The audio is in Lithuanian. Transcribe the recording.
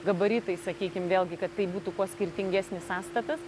gabaritai sakykim vėlgi kad tai būtų kuo skirtingesnis sąstatas